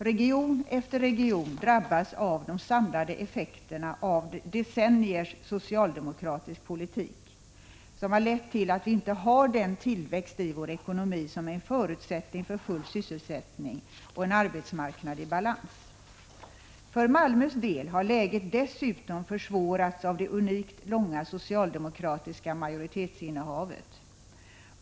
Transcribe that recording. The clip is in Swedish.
Region efter region drabbas av de samlade 29 maj 1986 effekterna av decenniers socialdemokratiska politik, som har lett till att vi inte har den tillväxt i vår ekonomi som är en förutsättning för full sysselsättning och en arbetsmarknad i balans. För Malmös del har läget dessutom försvårats av det unikt långa socialdemokratiska majoritetsinnehavet.